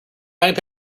frying